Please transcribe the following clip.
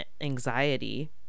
anxiety